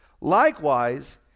Likewise